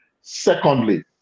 Secondly